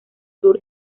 sur